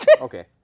Okay